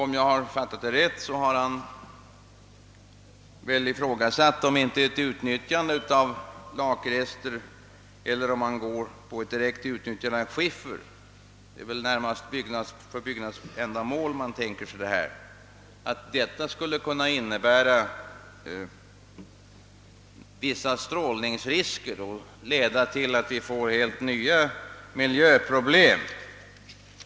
Om jag har fattat det rätt har han ifrågasatt om inte ett utnyttjande av lakrester eller ett direkt utnyttjande av skiffer — de är väl närmast för byggnadsändamål som man tänker sig detta — skulle kunna innebära vissa strålningsrisker och leda till att vi får helt nya miljöproblem.